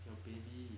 your baby